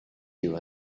you